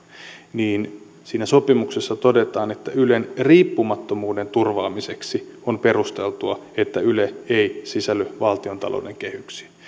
niin siinä sopimuksessa todetaan että ylen riippumattomuuden turvaamiseksi on perusteltua että yle ei sisälly valtiontalouden kehyksiin